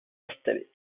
installé